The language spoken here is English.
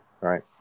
right